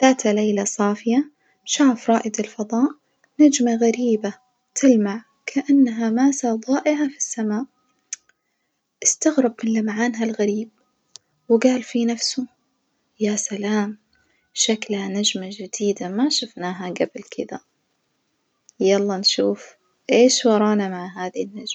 ذات ليلة صافية شاف رائد الفضاء نجمة غريبة تلمع كأنها ماسة ضائعة في السماء، استغرب من لمعانها الغريب وجال في نفسه يا سلام شكلها نجمة جديدة ما شوفناها جبل كدة، يلا نشوف إيش ورانا مع هذه النجمة؟